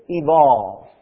evolve